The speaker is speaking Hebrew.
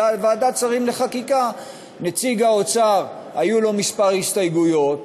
ובוועדת שרים לחקיקה היו לנציג האוצר כמה הסתייגויות